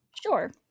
Sure